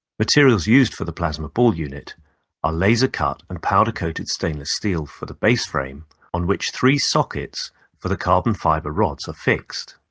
materials used for the plasma ball unit are laser cut and powder coated stainless steel for the base frame on which three sockets for the carbon fiber rods are fixed.